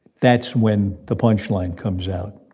that's when the punchline comes out.